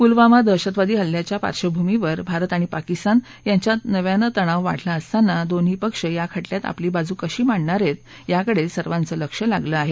पुलवामा दहशतवादी हल्ल्याच्या पार्श्वभूमीवर भारत आणि पाकिस्तान यांच्यात नव्यानं तणाव वाढला असताना दोन्ही पक्ष या खटल्यात आपली बाजू कशी मांडणार आहेत याकडे सर्वांचं लक्ष लागलं आहे